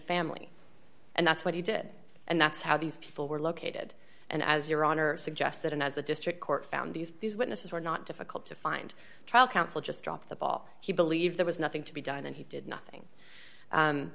family and that's what he did and that's how these people were located and as your honor suggested and as the district court found these these witnesses were not difficult to find a trial counsel just dropped the ball he believed there was nothing to be done and he did nothing